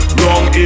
Wrong